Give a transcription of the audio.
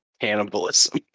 cannibalism